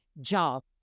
job